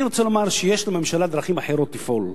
אני רוצה לומר שיש לממשלה דרכים אחרות לפעול,